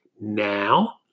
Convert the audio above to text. now